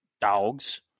dogs